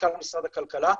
מנכ"ל משרד הכלכלה,